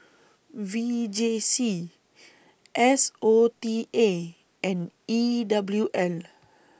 V J C S O T A and E W L